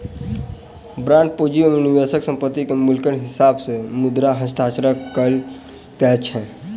bond पूंजी में निवेशक संपत्ति के मूल्यक हिसाब से मुद्रा हस्तांतरण कअ सकै छै